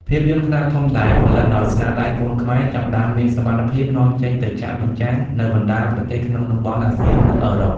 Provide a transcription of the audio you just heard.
ភាពយន្តខ្នាតធំដែលផលិតដោយស្នាដៃកូនខ្មែរ ចាប់ផ្តើមមានសមត្ថភាពនាំចេញទៅចាក់បញ្ចាំងនៅបណ្តាប្រទេសក្នុងតំបន់អាស៊ាន និងអឺរ៉ុប។